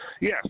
Yes